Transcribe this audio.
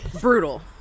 Brutal